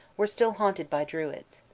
were still haunted by druids.